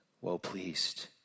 well-pleased